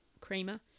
creamer